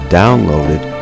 downloaded